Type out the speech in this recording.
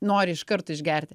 nori iš karto išgerti